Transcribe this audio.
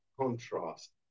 contrast